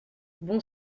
bon